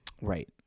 Right